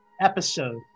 episode